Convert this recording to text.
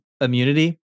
immunity